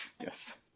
Yes